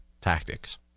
tactics